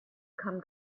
come